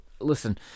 listen